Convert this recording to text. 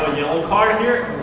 card here?